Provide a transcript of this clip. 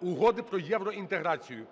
Угоди про євроінтеграцію.